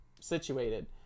situated